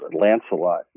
Lancelot